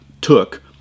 took